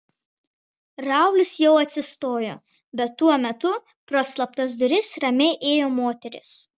raulis jau atsistojo bet tuo metu pro slaptas duris ramiai įėjo moteris